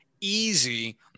easy